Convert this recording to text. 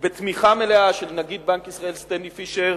בתמיכה מלאה של נגיד בנק ישראל סטנלי פישר